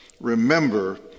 remember